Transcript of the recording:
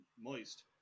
Moist